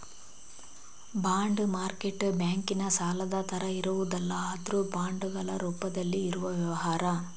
bond market ಬ್ಯಾಂಕಿನ ಸಾಲದ ತರ ಇರುವುದಲ್ಲ ಆದ್ರೂ ಬಾಂಡುಗಳ ರೂಪದಲ್ಲಿ ಇರುವ ವ್ಯವಹಾರ